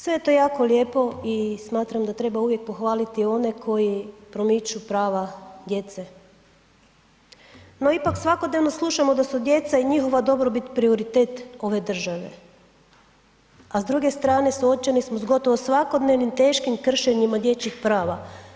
Sve je to jako lijepo i smatram da treba uvijek pohvaliti one koji promiču prava djece no ipak svakodnevno slušamo da su djeca i njihova dobrobit prioritet ove države a s druge strane suočeni smo s gotovo svakodnevnim teškim kršenjima dječjih prava.